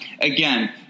Again